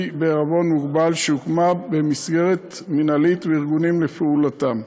בע"מ שהוקמה כמסגרת מינהלית וארגונית לפעולתם.